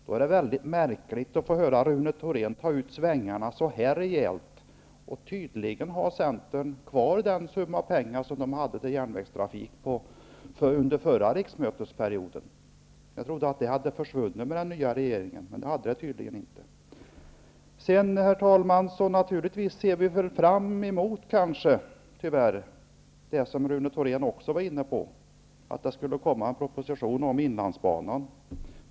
Då är det väldigt märkligt att se Rune Thorén ta ut svängarna så här rejält. Tydligen har Centern kvar den summa pengar som man förra riksmötet hade för järnvägstrafiken. Jag trodde att de pengarna försvann i och med att vi fick ny regering. Så var det tydligen inte. Herr talman! Kanske ser vi, tyvärr, inte med samma glädje som Rune Thorén fram emot en proposition om inlandsbanan.